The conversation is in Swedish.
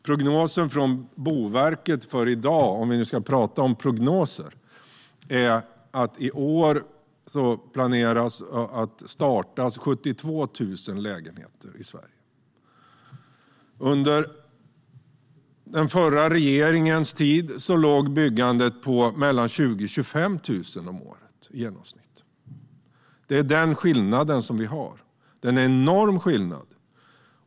Prognosen från Boverket för i dag - om vi nu ska tala om prognoser - är att i år planerar man att starta bygget av 72 000 lägenheter i Sverige. Under den förra regeringens tid låg byggandet på 20 000-25 000 om året i genomsnitt. Det är den skillnaden som vi har. Det är en enorm skillnad.